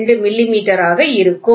002 மில்லிமீட்டராக இருக்கும்